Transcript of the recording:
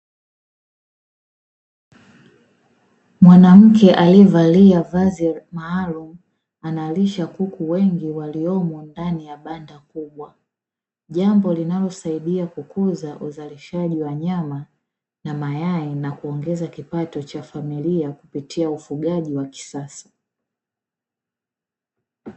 Mwanamke aliyevalia vazi maalumu analisha kuku wengi waliomo ndani ya banda kubwa, jambo linalosaidia kukuza uzalishaji wa nyama na mayai na kuongeza kipato cha familia kupitia ufugaji wa kisasa.